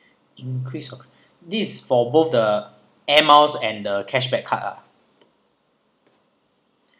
increase of this is for both the air miles and the cashback card ah